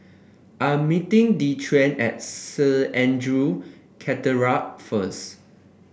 I'm meeting Dequan at Saint Andrew first